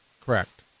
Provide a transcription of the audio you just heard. Correct